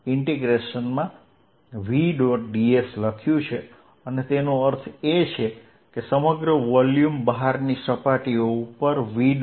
ds લખ્યું છે અને તેનો અર્થ એ કે સમગ્ર વોલ્યુમ બહારની સપાટીઓ ઉપર v